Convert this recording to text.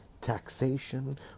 Taxation